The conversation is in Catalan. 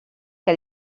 que